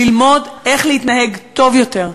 ללמוד איך להתנהג טוב יותר,